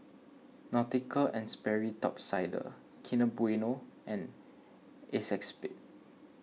Nautica and Sperry Top Sider Kinder Bueno and Acexspade